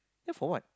if for what